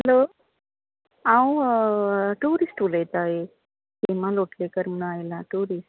hello हांव tourist उलयता एक हेमा लोटलेकर म्हूण आयला टुरिस्ट